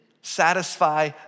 satisfy